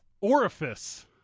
orifice